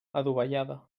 adovellada